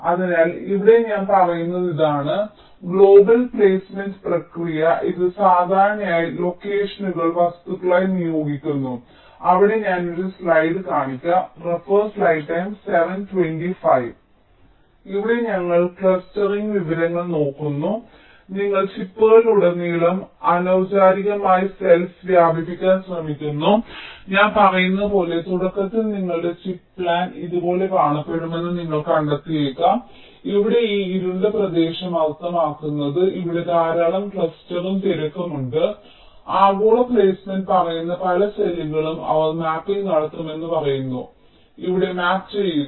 അതിനാൽ ഇവിടെ ഞാൻ പറയുന്നത് ഇതാണ് ഗ്ലോബൽ പ്ലേസ്മെന്റ് പ്രക്രിയ ഇത് സാധാരണയായി ലൊക്കേഷനുകൾ വസ്തുക്കളായി നിയോഗിക്കുന്നു അവിടെ ഞാൻ ഒരു സ്ലൈഡ് കാണിക്കാം ഇവിടെ ഞങ്ങൾ ക്ലസ്റ്ററിംഗ് വിവരങ്ങൾ നോക്കുന്നു നിങ്ങൾ ചിപ്പുകളിലുടനീളം അനൌപചാരികമായി സെൽസ് വ്യാപിപ്പിക്കാൻ ശ്രമിക്കുന്നു ഞാൻ പറയുന്നത് പോലെ തുടക്കത്തിൽ നിങ്ങളുടെ ചിപ്പ് പ്ലാൻ ഇതുപോലെ കാണപ്പെടുമെന്ന് നിങ്ങൾ കണ്ടെത്തിയേക്കാം ഇവിടെ ഈ ഇരുണ്ട പ്രദേശം അർത്ഥമാക്കുന്നത് ഇവിടെ ധാരാളം ക്ലസ്റ്ററും തിരക്കും ഉണ്ട് ആഗോള പ്ലെയ്സ്മെന്റ് പറയുന്ന പല സെല്ലുകളും അവർ മാപ്പിംഗ് നടത്തുമെന്ന് പറയുന്നു ഇവിടെ മാപ്പ് ചെയ്യുക